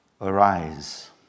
Arise